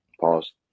Pause